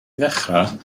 ddechrau